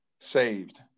saved